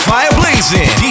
Fireblazing